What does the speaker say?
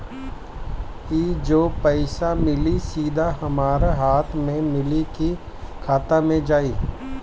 ई जो पइसा मिली सीधा हमरा हाथ में मिली कि खाता में जाई?